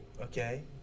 okay